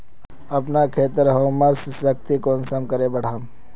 अपना खेतेर ह्यूमस शक्ति कुंसम करे बढ़ाम?